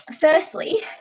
firstly